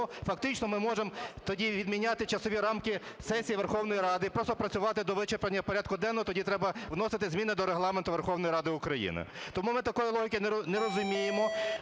фактично, ми можемо тоді відміняти часові рамки сесії Верховної Ради і просто працювати до вичерпання порядку денного, тоді треба вносити зміни до Регламенту Верховної Ради України. Тому ми такої логіки не розуміємо.